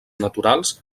naturals